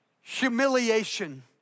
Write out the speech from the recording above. humiliation